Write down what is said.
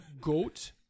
goat